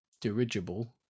dirigible